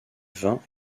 vins